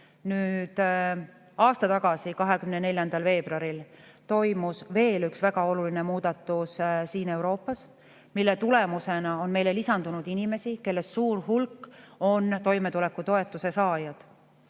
tõus. Aasta tagasi 24. veebruaril toimus veel üks väga oluline muutus siin Euroopas, mille tagajärjel on meile lisandunud inimesi, kellest suur hulk on toimetulekutoetuse saajad.